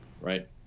Right